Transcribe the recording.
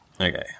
Okay